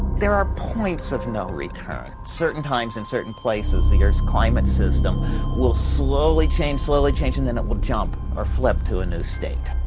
there are points of no return certain times in certain places, the earth's climate system will slowly change, slowly change and then it will jump or flip to a new state.